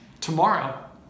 tomorrow